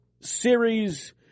series